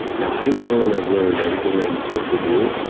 now i know, and i've learned everything that i'm supposed to do,